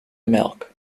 melk